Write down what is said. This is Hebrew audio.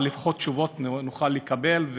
אבל לפחות תשובות שנוכל לקבל,